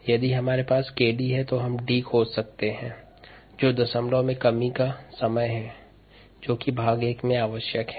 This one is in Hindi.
यदि हमारे पास 𝑘𝑑 है तो हम D को खोज सकते हैं जो डेसीमल रिडक्शन टाइम है जो कि पार्ट a में आवश्यक है